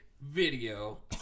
video